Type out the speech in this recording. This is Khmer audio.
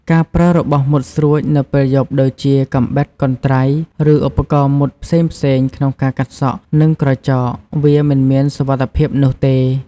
ការប្រើរបស់មុតស្រួច នៅពេលយប់ដូចជា កាំបិត កន្ត្រៃ ឬឧបករណ៍មុតផ្សេងៗក្នុងការកាត់សក់ និងក្រចក វាមិនមានសុវត្ថិភាពនោះទេ។